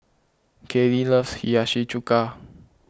Kalie loves Hiyashi Chuka